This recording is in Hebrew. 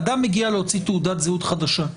אדם מגיע להוציא תעודת זהות חדשה,